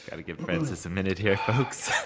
yeah to give francis a minute here, folks